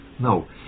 No